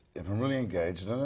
if i'm really engaged,